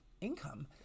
income